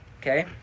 Okay